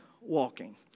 walking